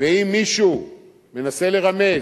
ואם מישהו מנסה לרמז,